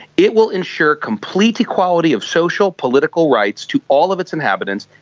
it will ensure complete equality of social, political rights to all of its inhabitants,